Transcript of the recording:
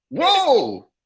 Whoa